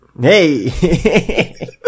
Hey